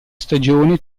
stagione